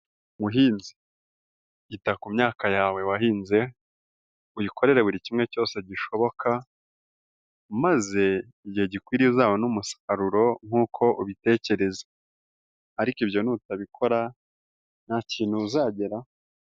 Muhinzi iita ku myaka yawe wahinze, uyikorere buri kimwe cyose gishoboka, maze igihe gikwiriye uzabone umusaruro nk'uko ubitekereza, ariko ibyo nutabikora nta kintu uzageraho.